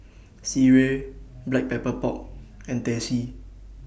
Sireh Black Pepper Pork and Teh C